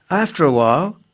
after a while,